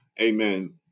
amen